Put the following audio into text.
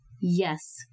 Yes